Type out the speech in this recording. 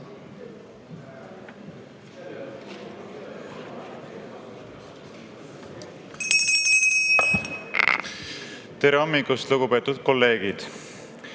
Tere hommikust, lugupeetud kolleegid!